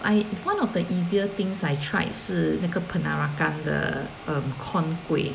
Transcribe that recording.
I one of the easier things I tried 是那个 ge peranakan 的 um corn kueh